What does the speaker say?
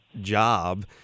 job